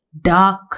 dark